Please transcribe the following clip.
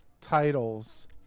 titles